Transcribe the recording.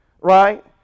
Right